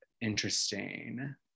interesting